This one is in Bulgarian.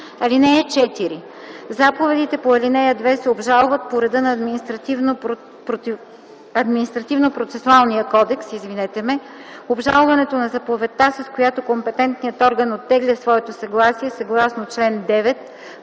(4) Заповедите по ал. 2 се обжалват по реда на Административнопроцесуалния кодекс. Обжалването на заповедта, с която компетентният орган оттегля своето съгласие съгласно чл. 9,